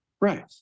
Right